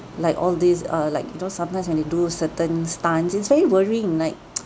like all these uh like you know sometimes when they do certain stunts it's very worrying like